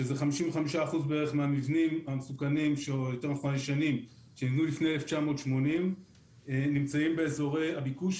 שזה 55% מהמבנים הישנים שנבנו לפני 1980 נמצאים באזורי הביקוש,